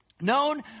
known